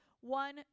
One